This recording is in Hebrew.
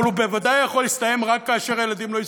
אבל הוא בוודאי יכול להסתיים רק כאשר הילדים לא ייסעו.